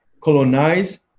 colonize